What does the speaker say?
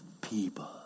people